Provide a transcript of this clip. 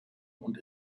und